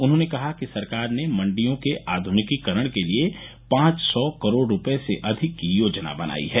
उन्होंने कहा कि सरकार ने मंडियों के आध्रनिकीकरण के लिए पांच सौ करोड रुपये अधिक की योजना बनाई है